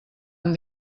amb